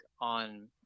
on